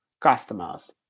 customers